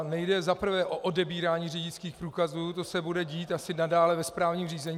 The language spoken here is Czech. Nejde za prvé o odebírání řidičských průkazů, to se bude dít asi nadále ve správním řízení.